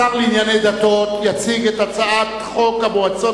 השר לענייני דתות יציג את הצעת חוק המועצות